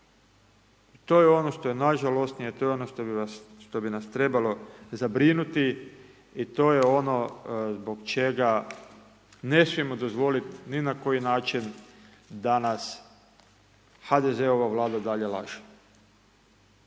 to je ono što je najžalosnije, to je ono što bi vas, što bi nas trebalo zabrinuti, i to je ono zbog čega ne smijemo dozvoliti ni na koji način da nas HDZ-ova Vlada dalje laže.